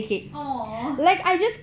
!aww!